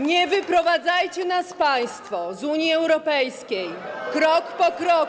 Nie wyprowadzajcie nas państwo z Unii Europejskiej krok po kroku.